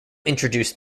introduced